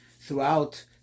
throughout